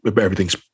Everything's